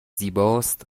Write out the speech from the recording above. زیباست